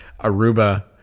Aruba